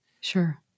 Sure